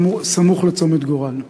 סמוך לצומת גורל.